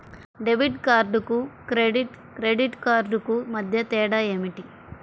Debit కార్డుకు credit credit కార్డుకు మధ్య తేడా ఏమిటీ?